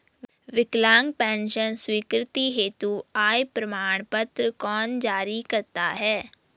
विकलांग पेंशन स्वीकृति हेतु आय प्रमाण पत्र कौन जारी करता है?